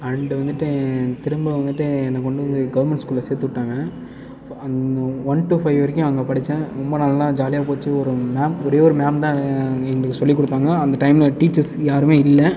and வந்துட்டு திரும்ப வந்துட்டு என்ன கொண்டு வந்து கவர்மெண்ட் ஸ்கூலில் சேர்த்துவுட்டாங்க அந்த ஒன் டூ ஃபைவ் வரைக்கும் அங்கே படித்தேன் ரொம்ப நல்லா ஜாலியா போச்சு ஒரு மேம் ஒரே ஒரு மேம் தான் எங்களுக்கு சொல்லிக்கொடுத்தாங்க அந்த டைமில் டீச்சர்ஸ் யாருமே இல்லை